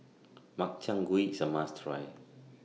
Makchang Gui IS A must Try